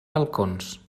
balcons